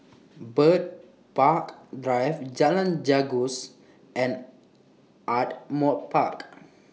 Bird Park Drive Jalan Janggus and Ardmore Park